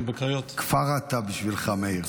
כפר אתא בשבילך, מאיר.